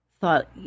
thought